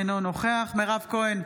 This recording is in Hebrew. אינו נוכח מירב כהן,